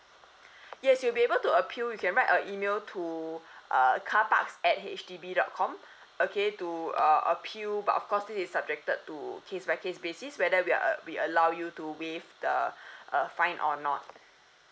yes you'll be able to appeal you can write a email to uh carparks at H D B dot com okay to uh appeal but of course this is subjected to case by case basis whether we uh we allow you to waive the uh fine or not